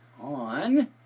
on